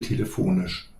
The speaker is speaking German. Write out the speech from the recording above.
telefonisch